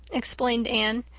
explained anne,